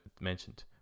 mentioned